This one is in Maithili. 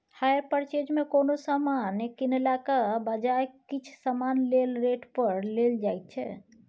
हायर परचेज मे कोनो समान कीनलाक बजाय किछ समय लेल रेंट पर लेल जाएत छै